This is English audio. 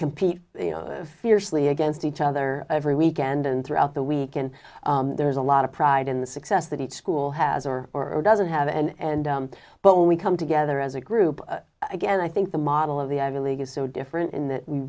compete fiercely against each other every weekend and throughout the week and there's a lot of pride in the success that each school has or or doesn't have and but when we come together as a group again i think the model of the ivy league is so different in that we